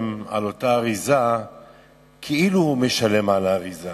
לשלם על אותה אריזה כאילו הוא משלם על האריזה.